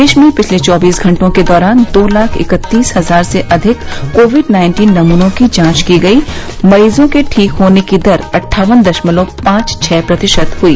देश में पिछले चौबीस घंटों के दौरान दो लाख इकत्तीस हजार से अधिक कोविड नाइन्टीन नमूनों की जांच की गई मरीजों के ठीक होने दर अट्ठावन दशमलव पांच छह प्रतिशत हुई